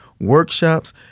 workshops